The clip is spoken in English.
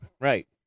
Right